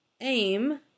aim